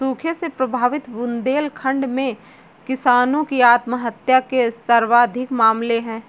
सूखे से प्रभावित बुंदेलखंड में किसानों की आत्महत्या के सर्वाधिक मामले है